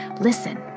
Listen